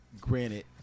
granted